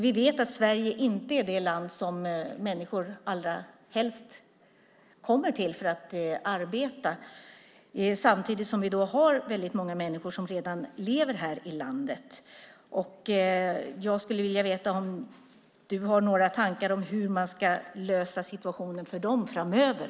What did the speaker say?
Vi vet att Sverige inte är det land som människor allra helst kommer till för att arbeta. Samtidigt är det många som redan lever här i landet. Har du några tankar om hur man ska lösa situationen för dem framöver?